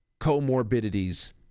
comorbidities